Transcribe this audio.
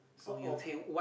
so you take